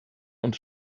und